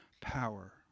power